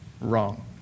wrong